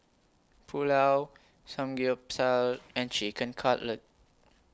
Pulao Samgeyopsal and Chicken Cutlet